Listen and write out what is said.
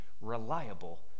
reliable